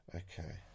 okay